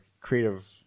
creative